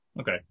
Okay